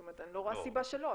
זאת אומרת, אני לא רואה סיבה שלא.